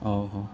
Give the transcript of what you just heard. او ہو